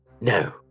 No